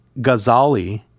Ghazali